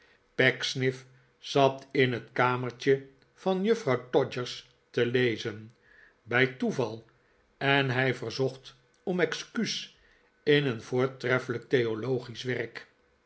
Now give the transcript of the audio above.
pecksniff zat in het kamertje van juffrouw todgers te lezen bij toeval en hij verzocht om excuus in een voor tref felijk theologisch werk